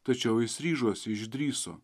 tačiau jis ryžosi išdrįso